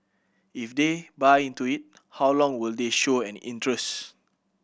if they buy into it how long will they show an interest